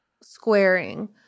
squaring